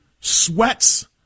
sweats